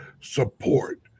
support